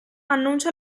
annuncia